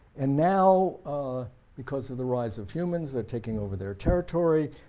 and now ah because of the rise of humans they're taking over their territory,